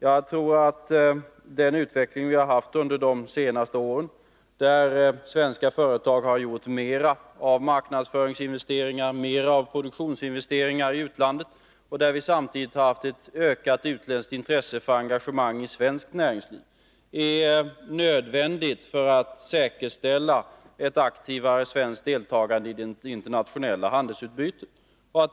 Jag tror att den utveckling vi har haft under de senaste åren — då svenska företag har gjort mera av marknadsföringsinvesteringar och mera av produktionsinvesteringar i utlandet och vi samtidigt haft ett ökat utländskt intresse för engagemang i svenskt näringsliv — är nödvändig för att säkerställa ett aktivare svenskt deltagande i det internationella handelsutbytet.